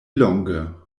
longe